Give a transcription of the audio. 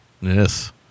Yes